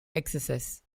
excesses